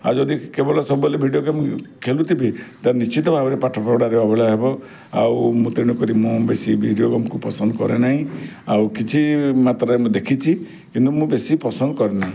ଆଉ ଯଦି କେବଳ ସବୁବେଳେ ଭିଡ଼ିଓ ଗେମ୍ ଖେଳୁଥିବେ ତା'ହେଲେ ନିଶ୍ଚିତ ଭାବରେ ପାଠପଢ଼ାରେ ଅବହେଳା ହେବ ଆଉ ମୁଁ ତେଣୁକରି ମୁଁ ବେଶି ଭିଡ଼ିଓ ଗେମ୍ ପସନ୍ଦ କରେନାହିଁ ଆଉ କିଛି ମାତ୍ରାରେ ମୁଁ ଦେଖିଛି କିନ୍ତୁ ମୁଁ ବେଶି ପସନ୍ଦ କରେନାହିଁ